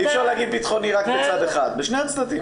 אי אפשר להגיד ביטחוני רק בצד אחד, בשני הצדדים.